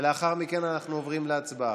ולאחר מכן אנחנו עוברים להצבעה.